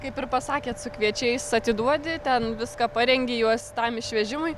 kaip ir pasakėt su kviečiais atiduodi ten viską parengi juos tam išvežimui